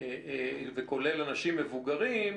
וכולל אנשים מבוגרים,